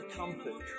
comfort